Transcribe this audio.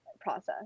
process